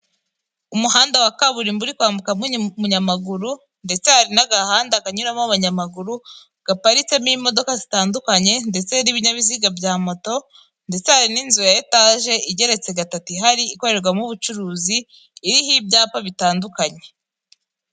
Umuhanda wa kaburimbo uri kwambukamo umunyamaguru ndetse hari n'agahanda kaganyuramo abanyamaguru, gaparitamo imodoka zitandukanye ndetse n'ibinyabiziga bya moto ndetse hari n'inzu ya etage igeretse gatatu ihari ikorerwamo ubucuruzi, iriho ibyapa bitandukanye.